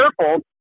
careful